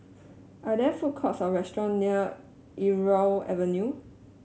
are there food courts or restaurant near Irau Avenue